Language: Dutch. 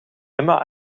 emma